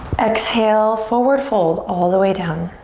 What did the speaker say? exhale, forward fold all the way down.